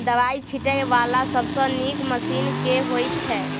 दवाई छीटै वला सबसँ नीक मशीन केँ होइ छै?